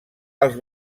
els